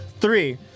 three